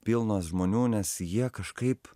pilnos žmonių nes jie kažkaip